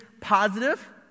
positive